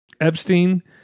Epstein